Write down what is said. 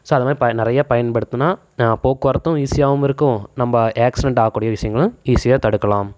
so அதை மாதிரி ப நிறைய பயன்படுத்துனால் நான் போக்குவரத்தும் ஈஸியாகவும் இருக்கும் நம்ம ஏக்சிடென்ட் ஆக்கூடிய விஷயங்களும் ஈஸியாக தடுக்கலாம்